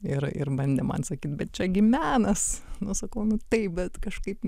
ir ir bandė man sakyt bet čiagi menas sakau taip bet kažkaip